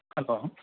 hello